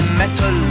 metal